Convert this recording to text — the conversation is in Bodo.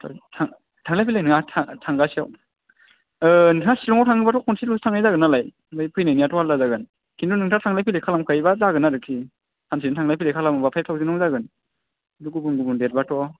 थांलाय फैलाय नङा थांगासेआव नोंथाङा शिलंआव थाङोबाथ' खनसेल'सो थांनाय जागोन नालाय ओमफ्राय फैनायनियाथ' आलदा जागोन किन्तु नोंथाङा थांलाय फैलाय खालामखायोबा जागोन आरोखि सानसेनो थांलाय फैलाय खालामोबा फाइफ थावजेनावनो जागोन गुबुन गुबुन देरबाथ'